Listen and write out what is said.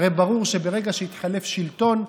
הרי ברור שברגע שיתחלף שלטון,